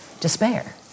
despair